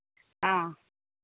हँ